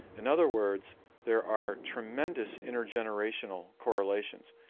in other words there are tremendous intergenerational correlations,